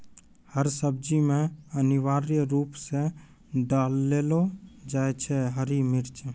हर सब्जी मॅ अनिवार्य रूप सॅ डाललो जाय छै हरी मिर्च